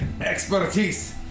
expertise